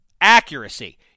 Accuracy